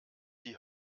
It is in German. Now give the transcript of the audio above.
die